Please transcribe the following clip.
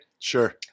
Sure